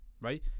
right